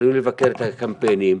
יכולים לבקר את הקמפיינים,